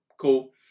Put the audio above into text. cool